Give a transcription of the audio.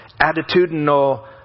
attitudinal